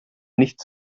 nicht